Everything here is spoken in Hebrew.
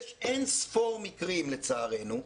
יש אין-ספור מקרים לצערנו,